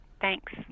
thanks